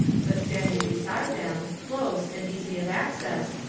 but standing be side them, close and easy of access,